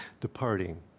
Departing